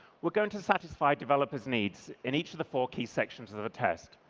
we're going to satisfy developers' needs in each of the four key sections of the test.